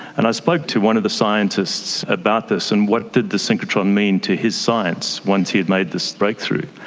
and i spoke to one of the scientists about this and what did the synchrotron mean to his science once he had made this breakthrough.